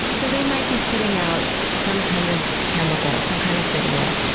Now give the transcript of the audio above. so they might be putting out some kind of chemical, some kind of signal,